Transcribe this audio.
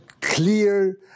clear